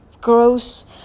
gross